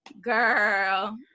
girl